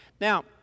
Now